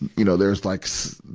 you know, there's like, so